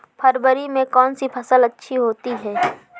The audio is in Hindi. फरवरी में कौन सी फ़सल अच्छी होती है?